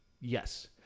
yes